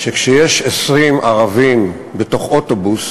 שכשיש 20 ערבים בתוך אוטובוס